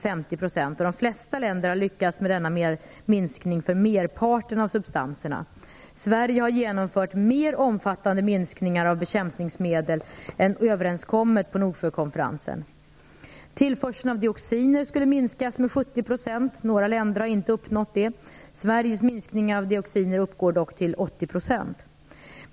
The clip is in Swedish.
50 %, och de flesta länder har lyckats med denna minskning för merparten av substanserna. Sverige har genomfört mer omfattande minskningar av bekämpningsmedel än vad som blev överenskommet på Tillförseln av dioxiner skulle minskas med 70 %, och några länder har ännu ej uppnått detta. Sveriges minskning av dioxiner uppgår dock till 80 %.